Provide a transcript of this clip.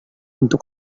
untuk